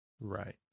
Right